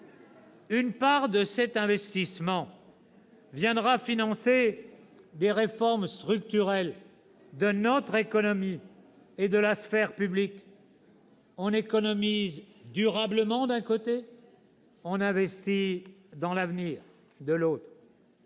Une part de cet investissement viendra financer des réformes structurelles de notre économie et de la sphère publique. On économise durablement d'un côté, on investit dans l'avenir de l'autre.